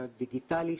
הדיגיטלי,